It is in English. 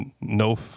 no